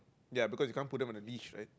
ya because you can't put them on a leash right